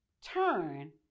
turn